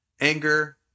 anger